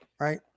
right